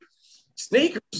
Sneakers